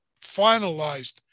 finalized